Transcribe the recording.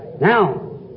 Now